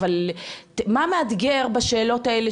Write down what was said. אבל מה מאתגר בשאלות האלה,